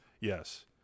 Yes